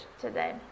today